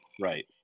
right